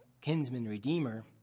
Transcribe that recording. kinsman-redeemer